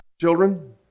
children